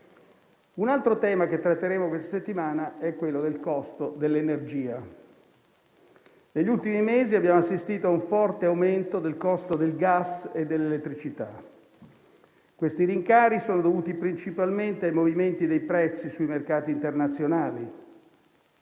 Un altro tema che tratteremo questa settimana è quello del costo dell'energia. Negli ultimi mesi abbiamo assistito a un forte aumento del costo del gas e dell'elettricità. Questi rincari sono dovuti principalmente ai movimenti dei prezzi sui mercati internazionali.